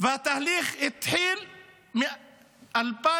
והתהליך התחיל ב-2012.